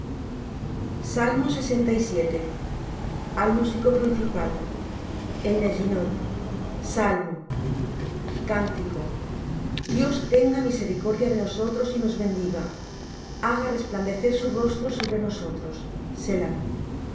su misericordia al músico principal en neginoth salmo cántico dios tenga misericordia de nosotros y nos bendiga haga resplandecer su rostro sobre nosotros selah para que sea